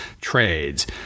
trades